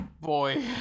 Boy